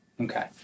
Okay